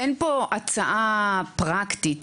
אין פה הצעה פרקטית,